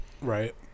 Right